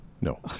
No